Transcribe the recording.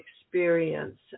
experience